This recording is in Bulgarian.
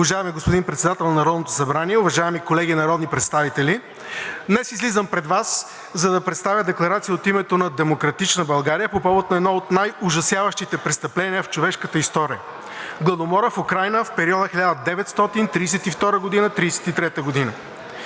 Уважаеми господин Председател на Народното събрание, уважаеми колеги народни представители! Днес излизам пред Вас, за да представя декларация от името на „Демократична България“ по повод на едно от най-ужасяващите престъпления в човешката история – Гладомора в Украйна в периода 1932 – 1933 г.